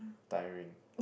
tiring